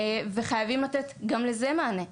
וחייבים לתת גם לזה מענה.